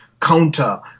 counter